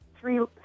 three